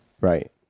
right